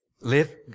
live